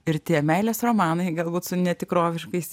ir tie meilės romanai galbūt su netikroviškais